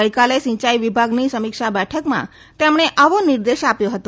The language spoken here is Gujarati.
ગઇકાલે સિંચાઇ વિભાગની સમીક્ષા બેઠકમા તેમણે આવો નિર્દેશ આપ્યો હતો